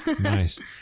Nice